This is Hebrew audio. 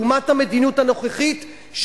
לעומת המדיניות הנוכחית,